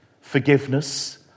forgiveness